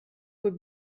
would